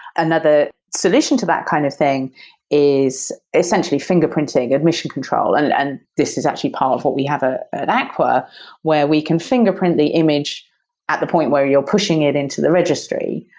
another solution to that kind of thing is essentially fingerprinting, admission control, and and this is actually powerful. we have ah ah in aqua where we can fingerprint the image at the point where you're pushing it into the registry.